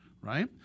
right